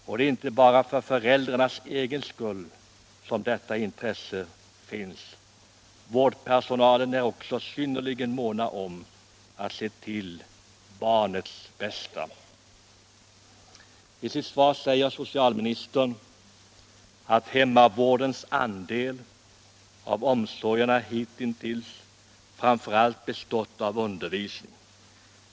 Och det är inte bara för föräldrarnas egen skull som detta intresse finns — vårdpersonalen är också synnerligen mån om att se till barnens bästa. I sitt svar säger socialministern att hemmavårdens andel av omsorgerna hittills framför allt bestått av undervisning.